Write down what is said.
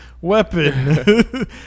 weapon